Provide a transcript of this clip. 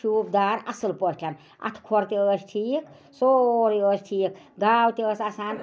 شوٗب دار اصٕل پٲٹھۍ اتھٕ خۄر تہِ ٲسۍ ٹھیٖک سورُے ٲسۍ ٹھیٖک گاو تہِ ٲسۍ آسان